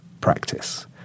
practice